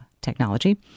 technology